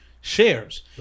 shares